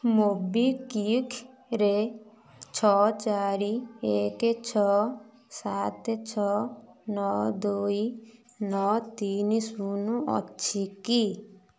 ମୋବିକ୍ଵିକରେ ଛଅ ଚାରି ଏକ ଛଅ ସାତ ଛଅ ନଅ ଦୁଇ ନଅ ତିନି ଶୂନ ଅଛି କି